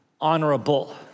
honorable